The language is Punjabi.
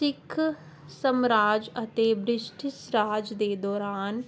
ਸਿੱਖ ਸਮਰਾਜ ਅਤੇ ਬ੍ਰਿਟਿਸ਼ ਰਾਜ ਦੇ ਦੌਰਾਨ